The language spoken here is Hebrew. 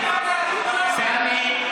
סמי,